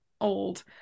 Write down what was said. old